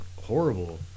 horrible